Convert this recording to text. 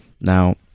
Now